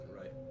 right